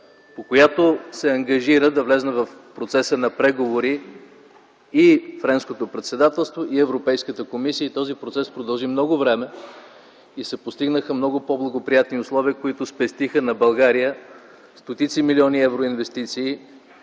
по която се ангажира, в процеса на преговори, да влезне и френското председателство, в Европейската комисия. Този процес продължи много време, но се постигнаха много по-благоприятни условия, които спестиха на България стотици милиони евро инвестиции,